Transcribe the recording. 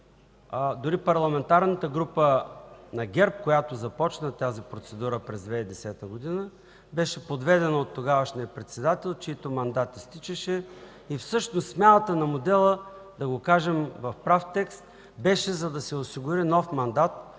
дори Парламентарната група на ГЕРБ, която започна тази процедура през 2010 г., беше подведена от тогавашния председател, чийто мандат изтичаше и всъщност смяната на модела, да го кажем в прав текст, беше, за да се осигури нов мандат